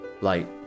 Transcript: light